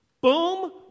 boom